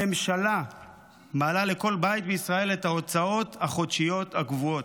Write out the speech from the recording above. הממשלה מעלה לכל בית בישראל את ההוצאות החודשיות הקבועות.